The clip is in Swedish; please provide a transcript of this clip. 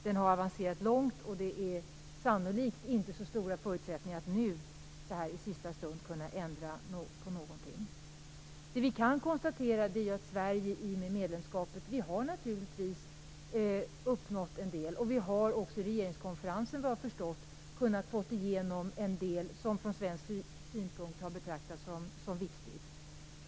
Den har avancerat långt, och det är sannolikt inte så stora förutsättningar att nu i sista stund kunna ändra på någonting. Det vi kan konstatera är att Sverige i och med medlemskapet naturligtvis har uppnått en del. Vi har också inför regeringskonferensen kunnat få igenom en del som från svensk synpunkt har betraktats som viktigt.